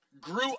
grew